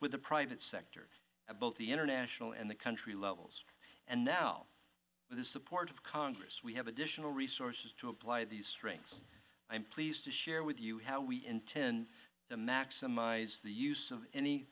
with the private sector both the international and the country levels and now with the support of congress we have additional resources to apply these strengths i am pleased to share with you how we intend to maximize the use of any